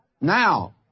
Now